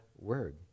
word